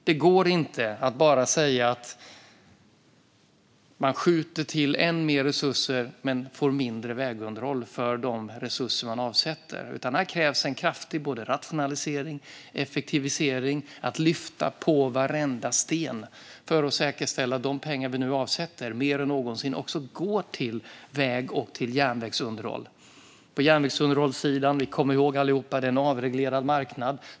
Det går inte att bara säga att man skjuter till ännu mer resurser men att man får mindre vägunderhåll för dessa resurser, utan här krävs en kraftig rationalisering och effektivisering och att man lyfter på varenda sten för att säkerställa att de pengar vi nu avsätter mer än någonsin går till väg och järnvägsunderhåll. På järnvägsunderhållssidan kommer vi alla ihåg att det är en avreglerad marknad.